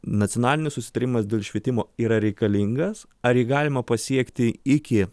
nacionalinis susitarimas dėl švietimo yra reikalingas ar jį galima pasiekti iki